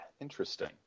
interesting